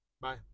Bye